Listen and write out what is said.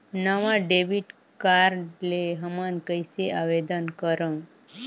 नवा debit card ले हमन कइसे आवेदन करंव?